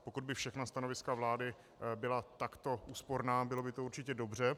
Pokud by všechna stanoviska vlády byla takto úsporná, bylo by to určitě dobře.